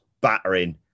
battering